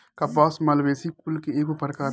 कपास मालवेसी कुल के एगो प्रकार ह